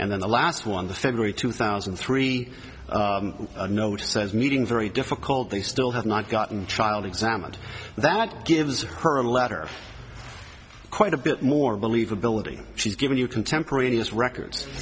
and then the last one the february two thousand and three note says meeting very difficult they still have not gotten child examined that gives her a letter quite a bit more believability she's given you contemporaneous records